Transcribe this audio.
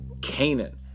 Canaan